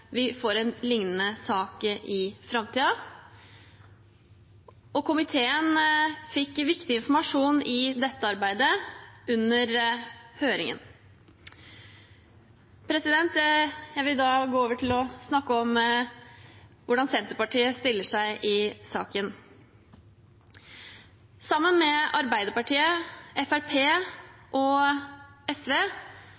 vi får en lignende sak i framtiden. Komiteen fikk viktig informasjon i dette arbeidet under høringen. Jeg vil da gå over til å snakke om hvordan Senterpartiet stiller seg i saken. Sammen med Arbeiderpartiet,